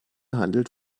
handelt